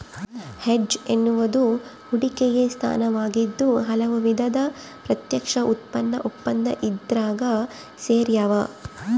hedge ಎನ್ನುವುದು ಹೂಡಿಕೆಯ ಸ್ಥಾನವಾಗಿದ್ದು ಹಲವು ವಿಧದ ಪ್ರತ್ಯಕ್ಷ ಉತ್ಪನ್ನ ಒಪ್ಪಂದ ಇದ್ರಾಗ ಸೇರ್ಯಾವ